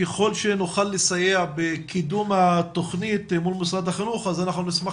ככל שנוכל לסייע בקידום התכנית מול משרד החינוך אנחנו נשמח